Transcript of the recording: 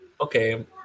okay